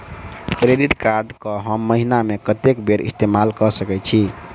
Credit card कऽ हम महीना मे कत्तेक बेर इस्तेमाल कऽ सकय छी?